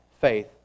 faith